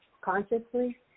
consciously